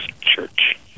Church